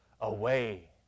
away